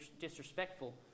disrespectful